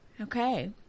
Okay